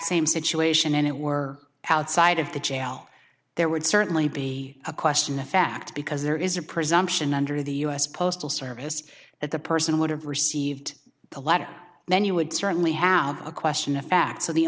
same situation and it were outside of the jail there would certainly be a question of fact because there is a presumption under the u s postal service that the person would have received the letter and then you would certainly have a question of fact so the